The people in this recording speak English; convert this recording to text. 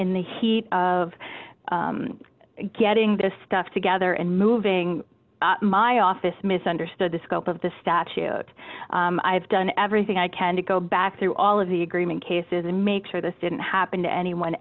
in the heat of getting this stuff together and moving my office misunderstood the scope of the statute i have done everything i can to go back through all of the agreement cases and make sure this didn't happen to anyone